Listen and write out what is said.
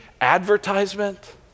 advertisement